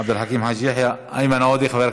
עבד אל חכים חאג' יחיא, איימן עודה,